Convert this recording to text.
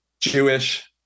Jewish